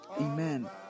Amen